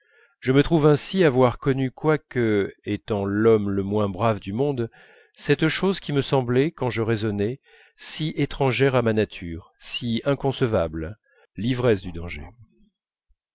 je me trouve ainsi avoir connu quoique étant l'homme le moins brave du monde cette chose qui me semblait quand je résonnais si étrangère à ma nature si inconcevable l'ivresse du danger